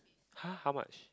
!huh! how much